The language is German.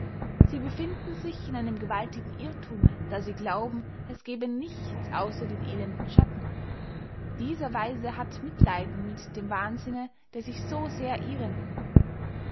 sie befinden sich in einem gewaltigen irrthume da sie glauben es gebe nichts ausser den elenden schatten dieser weise hat mitleiden mit dem wahnsinne der sich so sehr irrenden